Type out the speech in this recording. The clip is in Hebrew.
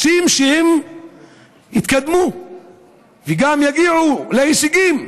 רוצים שהם יתקדמו וגם יגיעו להישגים,